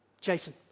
Jason